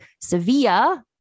Sevilla